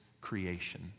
creation